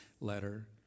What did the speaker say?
letter